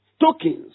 tokens